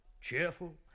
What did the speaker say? cheerful